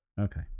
Okay